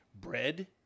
bread